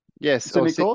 Yes